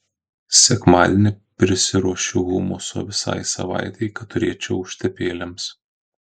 sekmadienį prisiruošiu humuso visai savaitei kad turėčiau užtepėlėms